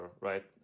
right